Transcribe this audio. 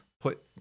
put